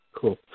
Cool